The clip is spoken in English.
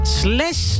slash